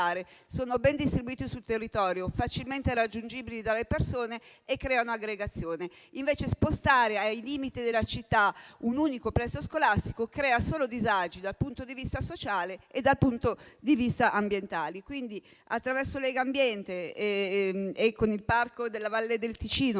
sono ben distribuiti sul territorio, facilmente raggiungibili dalle persone e creano aggregazione. Invece spostare ai limiti della città un unico plesso scolastico crea solo disagi dal punto di vista sociale e dal punto di vista ambientale. Attraverso Legambiente e con il Parco della Valle del Ticino